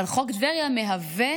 אבל חוק טבריה מהווה